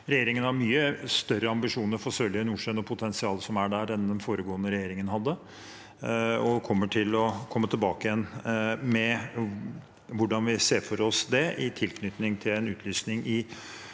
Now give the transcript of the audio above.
Regjeringen har mye større ambisjoner for Sørlige Nordsjø og potensialet som er der, enn den foregående regjering hadde, og vi kommer tilbake med hvordan vi ser for oss dette i tilknytning til en utlysning